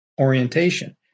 orientation